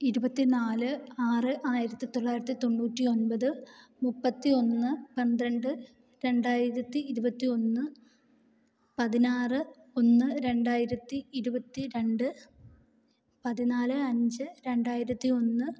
ഇരുപത്തിനാല് ആറ് ആയിരത്തിത്തൊള്ളായിരത്തി തൊണ്ണൂറ്റി ഒമ്പത് മുപ്പത്തിയൊന്ന് പന്ത്രണ്ട് രണ്ടായിരത്തി ഇരുപത്തി ഒന്ന് പതിനാറ് ഒന്ന് രണ്ടായിരത്തി ഇരുപത്തി രണ്ട് പതിനാല് അഞ്ച് രണ്ടായിരത്തി ഒന്ന്